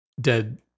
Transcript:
dead